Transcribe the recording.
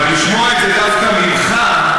אבל לשמוע את זה דווקא ממך,